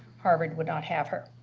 harvard would not have her.